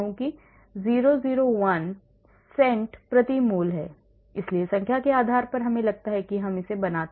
001 cent प्रति mole है इसलिए संख्या के आधार पर हमें लगता है कि हम इसे बनाते हैं